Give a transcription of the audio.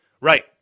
Right